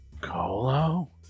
Colo